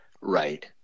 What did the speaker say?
Right